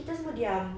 kita semua diam